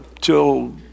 till